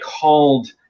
called